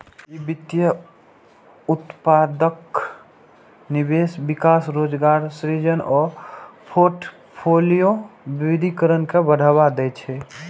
ई वित्तीय उत्पादक निवेश, विकास, रोजगार सृजन आ फोर्टफोलियो विविधीकरण के बढ़ावा दै छै